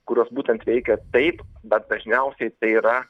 kurios būtent veikia taip bet dažniausiai tai yra